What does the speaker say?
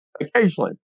occasionally